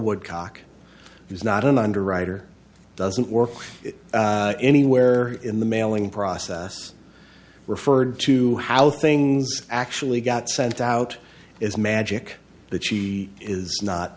woodcock is not an underwriter doesn't work anywhere in the mailing process referred to how things actually got sent out is magic that she is not